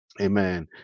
Amen